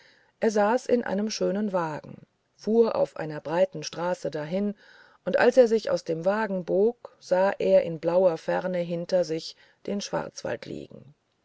er saß in einem schönen wagen fuhr auf einer breiten straße dahin und als er sich aus dem wagen bog sah er in blauer ferne hinter sich den schwarzwald liegen